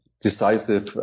Decisive